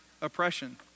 oppression